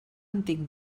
antic